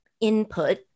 input